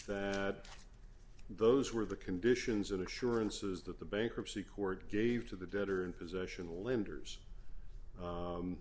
that those were the conditions of assurances that the bankruptcy court gave to the debtor in possession lenders